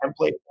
template